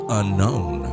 unknown